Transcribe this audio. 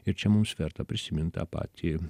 ir čia mums verta prisimint tą patį